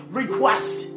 request